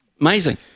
Amazing